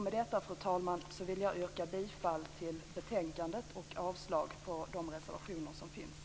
Med detta vill jag, fru talman, yrka bifall till utskottets hemställan och avslag på reservationerna.